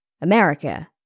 America